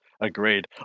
Agreed